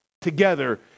together